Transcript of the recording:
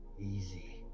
easy